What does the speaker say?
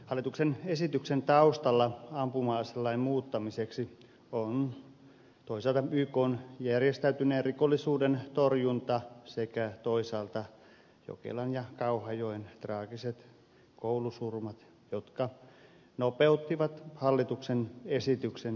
hallituksen esityksen taustalla ampuma aselain muuttamiseksi ovat toisaalta ykn järjestäytyneen rikollisuuden torjunta sekä toisaalta jokelan ja kauhajoen traagiset koulusurmat jotka nopeuttivat hallituksen esityksen valmistelua